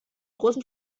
großen